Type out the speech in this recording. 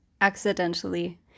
accidentally